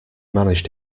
managed